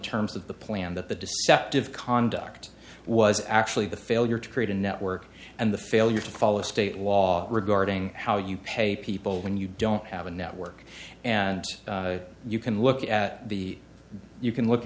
terms of the plan that the deceptive conduct was actually the failure to create a network and the failure to follow state law regarding how you pay people when you don't have a network and you can look at the you can look